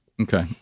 Okay